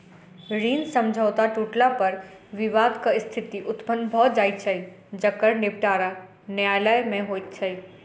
ऋण समझौता टुटला पर विवादक स्थिति उत्पन्न भ जाइत छै जकर निबटारा न्यायालय मे होइत छै